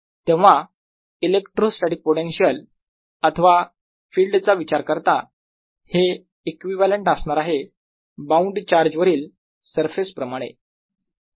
तेव्हा electrostatic potential अथवा field चा विचार करता हे इक्विवलेंट असणार आहे बाउंड चार्ज वरील सरफेस प्रमाणे